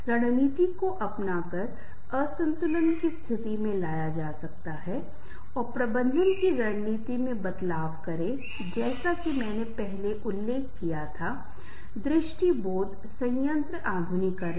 इसलिए अधिकांश लोग लोगों के साथ घुलना मिलना पसंद करते हैं जाते हैं और निश्चित रूप से बात करते हैं कुछ लोग ऐसे भी हैं जिनके पास अपवाद हैं जैसा कि मैंने उल्लेख किया है कि उनके पास देखने का कोई और तरीका है